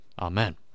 Amen